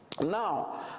Now